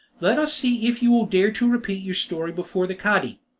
let us see if you will dare to repeat your story before the cadi.